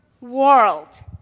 world